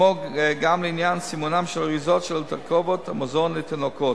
וגם לעניין סימון האריזות של תרכובות המזון לתינוקות.